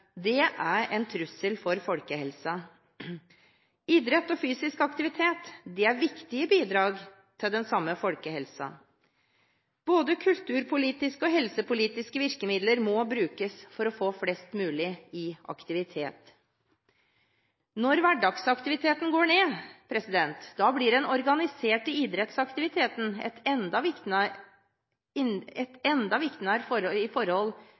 Det er en trussel for folkehelsen. Idrett og fysisk aktivitet er viktige bidrag til den samme folkehelsen. Både kulturpolitiske og helsepolitiske virkemidler må brukes for å få flest mulig i aktivitet. Når hverdagsaktiviteten går ned, blir den organiserte idrettsaktiviteten enda